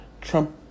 Trump